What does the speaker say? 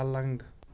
پلنٛگ